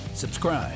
Subscribe